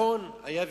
נכון, היה ויכוח.